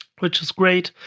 which is great.